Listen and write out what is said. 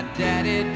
daddy